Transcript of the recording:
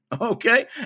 Okay